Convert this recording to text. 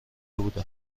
بودم